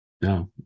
No